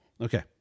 Okay